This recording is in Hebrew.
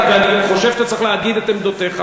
ואני חושב שאתה צריך להגיד את עמדותיך,